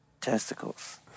testicles